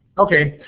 okay,